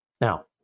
Now